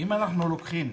אם אנחנו לוקחים,